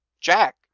Jack